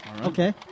Okay